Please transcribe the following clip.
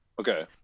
Okay